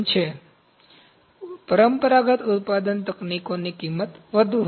તેથી પરંપરાગત ઉત્પાદન તકનીકોની કિંમત વધુ હશે